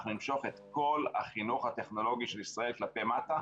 אנחנו נמשוך את כל החינוך הטכנולוגי של ישראל כלפי מטה.